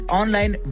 online